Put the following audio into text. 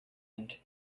and